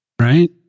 Right